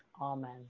Amen